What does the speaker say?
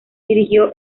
dirigió